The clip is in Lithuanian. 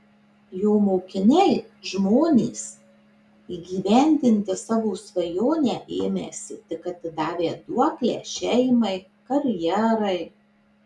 jo mokiniai žmonės įgyvendinti savo svajonę ėmęsi tik atidavę duoklę šeimai karjerai